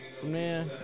Man